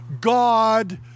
God